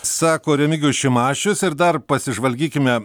sako remigijus šimašius ir dar pasižvalgykime